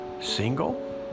single